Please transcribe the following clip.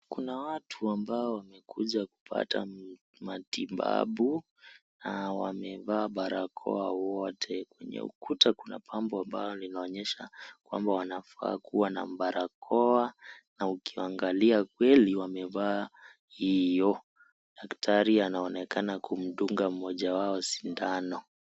Kuna watu ambao wamekuja kupata matibabu na wamevaa barakoa wote. Kwenye ukuta kuna pambo ambalo linaonyesha kwamba wanafaa kuwa na barakoa na ukiangalia kweli wamevaa hiyo. Daktari anaonekana kumndunga mmoja wao sindano.